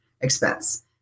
expense